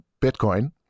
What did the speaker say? Bitcoin